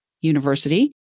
University